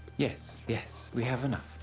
yes, yes, we have enough.